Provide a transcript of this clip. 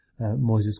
Moises